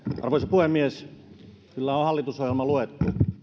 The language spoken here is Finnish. puhemies kyllä on hallitusohjelma luettu